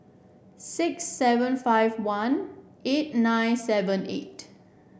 six seven five one eight nine seven eight